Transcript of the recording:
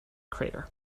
crater